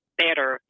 better